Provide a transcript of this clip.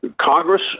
Congress